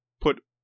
put